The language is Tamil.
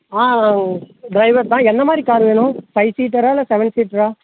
ஆ டிரைவர் தான் என்ன மாதிரி கார் வேணும் ஃபைவ் சீட்டராக இல்லை செவன் சீட்டரா